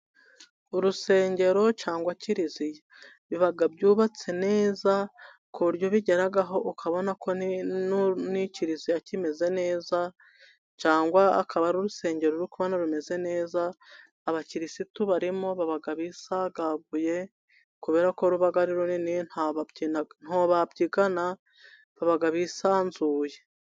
Urusengero cyangwa Kiliziya. Biba byubatse neza, ku buryo ubigeraho ukabona ko ni ikiriziya kimeze neza, cyangwa akaba ari urusengero uri kubona rumeze neza, abakirisitu barimo baba bisagaguye kubera ko ruba ari runini ntabwo babyigana, baba bisanzuye.